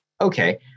Okay